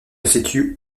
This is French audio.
situe